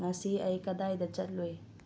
ꯉꯁꯤ ꯑꯩ ꯀꯗꯥꯏꯗ ꯆꯠꯂꯨꯏ